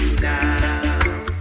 now